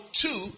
two